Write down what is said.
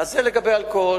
אז זה לגבי אלכוהול,